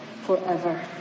forever